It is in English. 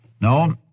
No